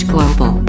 Global